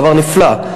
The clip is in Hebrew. דבר נפלא.